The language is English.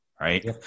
right